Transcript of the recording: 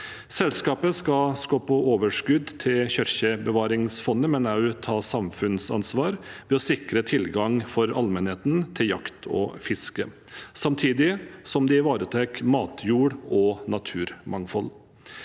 Selskapet skal skape overskudd til kirkebevaringsfondet, men også ta samfunnsansvar ved å sikre tilgang for allmennheten til jakt og fiske, samtidig som det ivaretar matjord og naturmangfold.